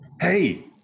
Hey